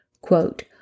quote